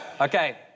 Okay